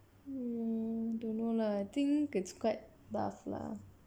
don't know lah I think it's quite tough lah